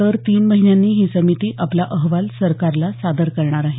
दर तीन महिन्यांनी ही समिती आपला अहवाल सरकारला सादर करणार आहे